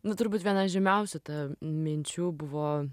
nu turbūt viena žymiausių ta minčių buvo